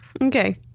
Okay